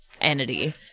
entity